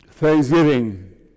Thanksgiving